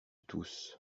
tous